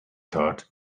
thought